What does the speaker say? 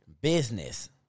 Business